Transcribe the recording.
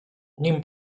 nim